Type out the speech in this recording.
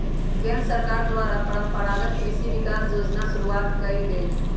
केंद्र सरकार द्वारा परंपरागत कृषि विकास योजना शुरूआत कइल गेलय